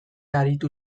aritu